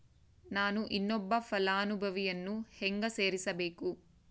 ನಾನು ಇನ್ನೊಬ್ಬ ಫಲಾನುಭವಿಯನ್ನು ಹೆಂಗ ಸೇರಿಸಬೇಕು?